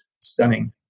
stunning